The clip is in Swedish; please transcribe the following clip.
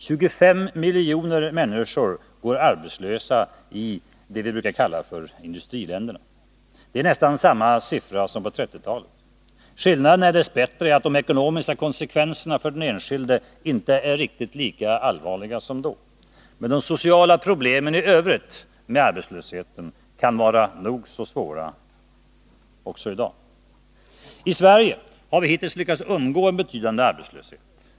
25 miljoner människor går arbetslösa i dessa vi brukar kalla för industriländerna. Det är nästan samma siffror som på 1930-talet. Skillnaden är dess bättre att de ekonomiska konsekvenserna för den enskilde inte är riktigt lika allvarliga som då. Men de sociala problemen i övrigt, bl.a. arbetslösheten, kan vara nog så svåra också i dag. I Sverige har vi hittills lyckats undgå en betydande arbetslöshet.